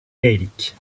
gaélique